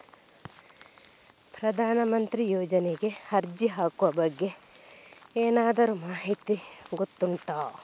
ಪ್ರಧಾನ ಮಂತ್ರಿ ಯೋಜನೆಗೆ ಅರ್ಜಿ ಹಾಕುವ ಬಗ್ಗೆ ಏನಾದರೂ ಮಾಹಿತಿ ಗೊತ್ತುಂಟ?